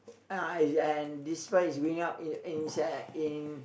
uh uh and this price is going up in in in